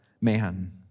man